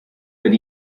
per